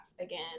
again